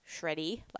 shreddy